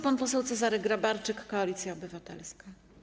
Pan poseł Cezary Grabarczyk, Koalicja Obywatelska.